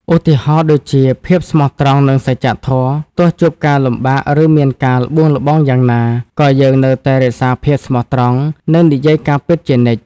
ឧទាហរណ៍ដូចជា ភាពស្មោះត្រង់ និងសច្ចៈធម៌ ទោះជួបការលំបាក ឬមានការល្បួងល្បងយ៉ាងណា ក៏យើងនៅតែរក្សាភាពស្មោះត្រង់ និងនិយាយការពិតជានិច្ច។